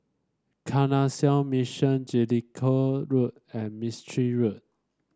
Canossian Mission Jellicoe Road and Mistri Road